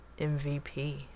MVP